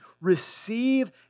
receive